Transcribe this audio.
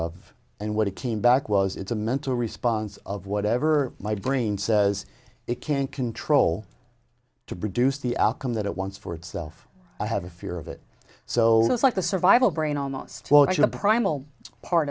of and what it came back was it's a mental response of whatever my brain says it can control to produce the outcome that it wants for itself i have a fear of it so it's like the survival brain